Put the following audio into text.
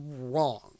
wrong